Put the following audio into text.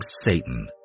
Satan